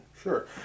Sure